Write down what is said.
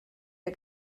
der